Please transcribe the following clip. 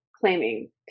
claiming